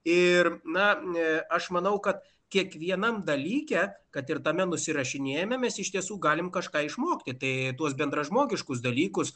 ir na ne aš manau kad kiekvienam dalyke kad ir tame nusirašinėjame mes iš tiesų galime kažką išmokti tai tuos bendražmogiškus dalykus